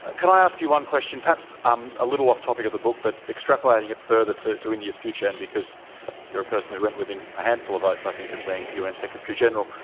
can i ask you another question, perhaps um a little off topic of the book, but extrapolating it further to to india's future. and because you're a person who went within a handful of votes, i think, of being un secretary general.